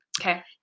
Okay